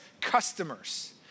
customers